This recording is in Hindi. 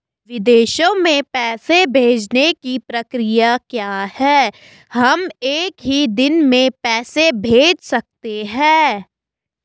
विदेशों में पैसे भेजने की प्रक्रिया क्या है हम एक ही दिन में पैसे भेज सकते हैं?